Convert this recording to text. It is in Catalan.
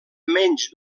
menys